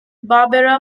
barbara